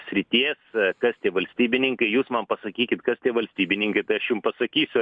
srities kas tie valstybininkai jūs man pasakykit kas tie valstybininkai tai aš jum pasakysiu